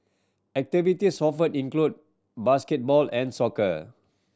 activities offered include basketball and soccer